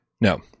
no